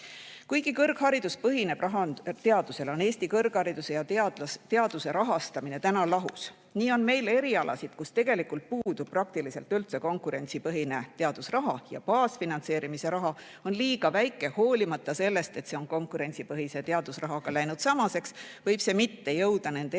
Kuigi kõrgharidus põhineb teadusel, on Eesti kõrghariduse ja teaduse rahastamine praegu lahus. Nii on meil erialasid, kus tegelikult puudub praktiliselt üldse konkurentsipõhine teadusraha ja baasfinantseerimise summa on liiga väike. Hoolimata sellest, et see on konkurentsipõhise teadusrahaga läinud samaks, võib see mitte jõuda nende erialadeni,